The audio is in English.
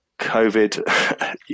covid